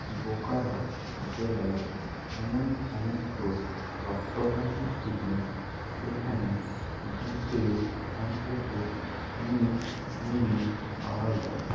বোকারো জেলায় এমন সমস্ত রক্ত ভাণ্ডার খুঁজুন যেখানে বি এর অন্তত উনিশ ইউনিট পাওয়া যায়